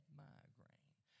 migraine